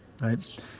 right